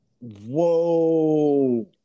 Whoa